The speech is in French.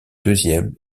deuxième